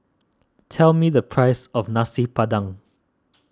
tell me the price of Nasi Padang